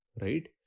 Right